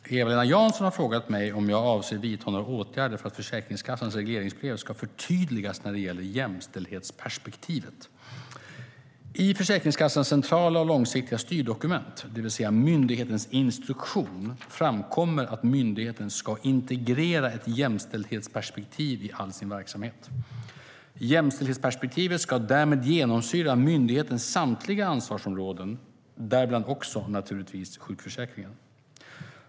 Herr talman! Eva-Lena Jansson har frågat mig om jag avser att vidta några åtgärder för att Försäkringskassans regleringsbrev ska förtydligas när det gäller jämställdhetsperspektivet. I Försäkringskassans centrala och långsiktiga styrdokument, det vill säga myndighetens instruktion, framkommer att myndigheten ska integrera ett jämställdhetsperspektiv i all sin verksamhet. Jämställdhetsperspektivet ska därmed genomsyra myndighetens samtliga ansvarsområden, däribland givetvis också sjukförsäkringen.